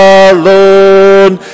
alone